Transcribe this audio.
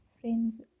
friends